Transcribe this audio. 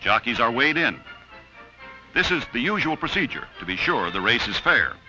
jockeys are weighed in this is the usual procedure to be sure the race is fair